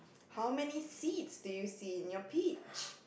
how many seeds do you see in your peach